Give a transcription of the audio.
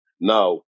Now